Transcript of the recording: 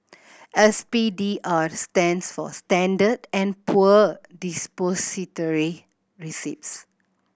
S P D R stands for Standard and Poor Depository Receipts